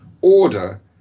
order